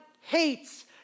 hates